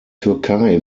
türkei